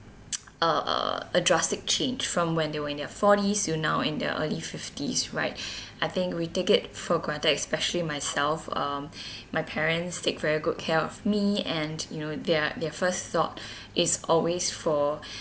uh a drastic change from when they were in their forties till now in their early fifties right I think we take it for granted especially myself um my parents take very good care of me and you know their their first thought is always for